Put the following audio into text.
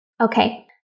Okay